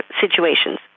situations